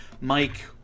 Mike